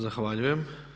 Zahvaljujem.